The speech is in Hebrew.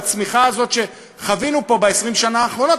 בצמיחה הזאת שחווינו פה ב-20 השנה האחרונות.